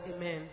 Amen